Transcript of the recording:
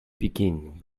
begin